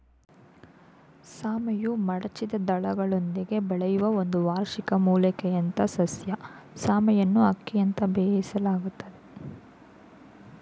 ಸಾಮೆಯು ಮಡಚಿದ ದಳಗಳೊಂದಿಗೆ ಬೆಳೆಯುವ ಒಂದು ವಾರ್ಷಿಕ ಮೂಲಿಕೆಯಂಥಸಸ್ಯ ಸಾಮೆಯನ್ನುಅಕ್ಕಿಯಂತೆ ಬೇಯಿಸಲಾಗ್ತದೆ